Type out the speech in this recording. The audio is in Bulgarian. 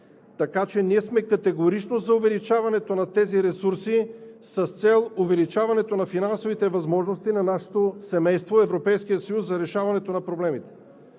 Така че ние сме категорично за увеличаването на тези ресурси, с цел увеличаването на финансовите възможности на нашето семейство – Европейския съюз, за решаването на проблемите,